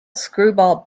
screwball